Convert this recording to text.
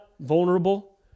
vulnerable